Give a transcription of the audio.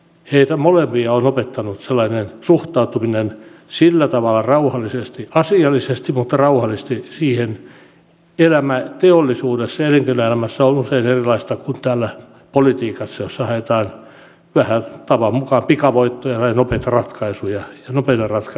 heitä molempia on opettanut suhtautuminen sillä tavalla rauhallisesti asiallisesti mutta rauhallisesti siihen että elämä teollisuudessa ja elinkeinoelämässä on usein erilaista kuin täällä politiikassa jossa haetaan vähän tavan mukaan pikavoittoja ja nopeita ratkaisuja joka asiaan